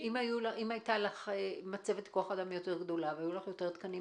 אם היתה לך מצבת אדם יותר גדולה ויותר תקנים,